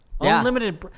unlimited